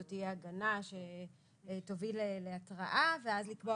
זו תהיה הגנה שתוביל להתראה ואז לקבוע